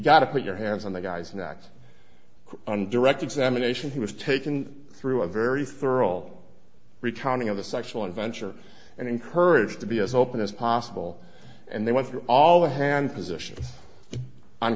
got to put your hands on the guy's next on direct examination he was taken through a very thorough recounting of the sexual adventures and encouraged to be as open as possible and they went through all the hand positions on